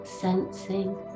sensing